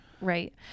Right